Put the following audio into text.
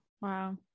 wow